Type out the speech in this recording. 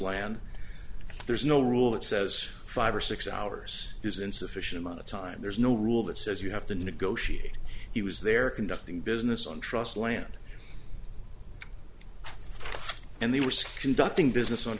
land there's no rule that says five or six hours is insufficient amount of time there's no rule that says you have to negotiate he was there conducting business on trust land and they were conducting business on